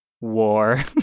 war